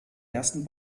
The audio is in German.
ersten